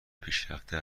پیشرفته